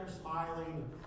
smiling